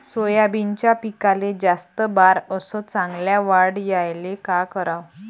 सोयाबीनच्या पिकाले जास्त बार अस चांगल्या वाढ यायले का कराव?